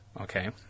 okay